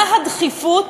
מה הדחיפות,